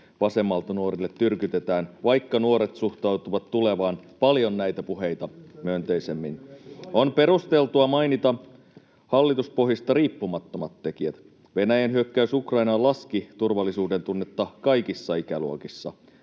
vasemmalta nuorille tyrkytetään, vaikka nuoret suhtautuvat tulevaan paljon näitä puheita myönteisemmin. On perusteltua mainita hallituspohjista riippumattomat tekijät: Venäjän hyökkäys Ukrainaan laski turvallisuudentunnetta kaikissa ikäluokissa.